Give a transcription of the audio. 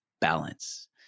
balance